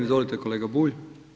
Izvolite kolega Bulj.